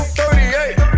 38